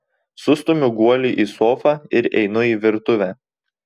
sustumiu guolį į sofą ir einu į virtuvę